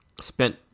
spent